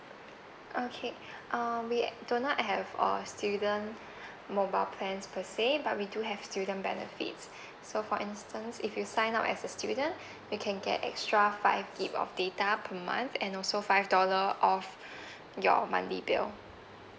okay um we do not have our student mobile plans per se but we do have student benefits so for instance if you sign up as a student you can get extra five gig of data per month and also five dollar off your monthly bill